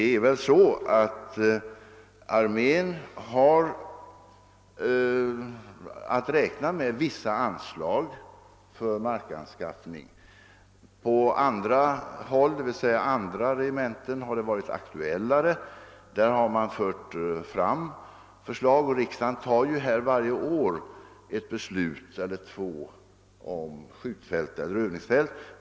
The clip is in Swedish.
Förmodligen har armén att räkna med vissa anslag för markanskaffning, och då har väl dylik varit mera aktuell vid andra regementen. Följaktligen har man fört fram förslag därom. Riksdagen fattar ju varje år ett eller två beslut rörande skjuteller övningsfält.